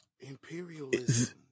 Imperialism